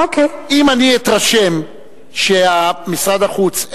אם אני אתרשם שמשרד החוץ,